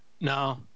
No